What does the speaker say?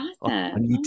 Awesome